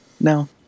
No